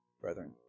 brethren